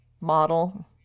model